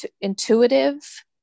intuitive